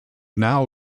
now